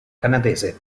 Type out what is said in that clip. canadese